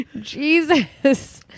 Jesus